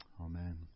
Amen